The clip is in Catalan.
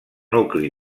nucli